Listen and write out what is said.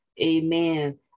amen